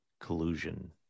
collusion